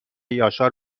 یاشار